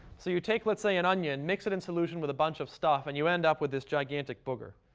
so you take, let's say, an onion, mix it in solution with a bunch of stuff, and you end up with this gigantic booger,